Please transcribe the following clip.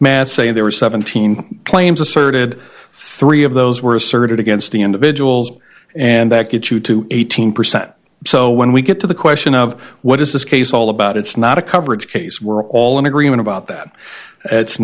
math say there were seventeen claims asserted three of those were asserted against the individuals and that gets you to eighteen percent so when we get to the question of what is this case all about it's not a coverage case we're all in agreement about that it's